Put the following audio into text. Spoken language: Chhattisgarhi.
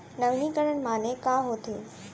नवीनीकरण माने का होथे?